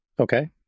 Okay